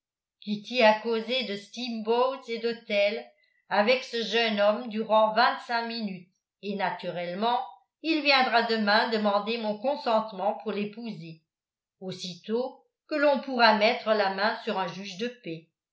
kitty a causé de steamboats et d'hôtels avec ce jeune homme durant vingt-cinq minutes et naturellement il viendra demain demander mon consentement pour l'épouser aussitôt que l'on pourra mettre la main sur un juge de paix